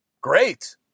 Great